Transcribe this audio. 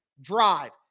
drive